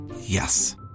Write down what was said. Yes